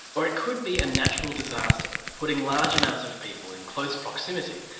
or it could be a natural disaster, putting large amounts of people in close proximity,